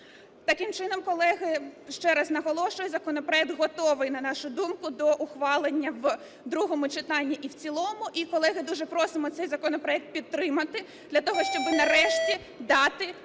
Таким чином, колеги, ще раз наголошую, законопроект готовий, на нашу думку, до ухвалення в другому читанні і в цілому. І, колеги, дуже просимо цей законопроект підтримати для того, щоб нарешті дати